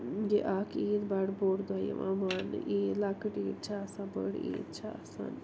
یہِ اَکھ عید بَڑٕ بوٚڈ دۄہ یِوان مانٛنہٕ عید لۄکٕٹ عید چھِ آسان بٔڑ عید چھِ آسان